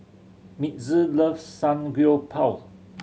Mitzi loves Samgyeopsal